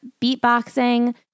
beatboxing